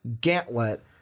Gantlet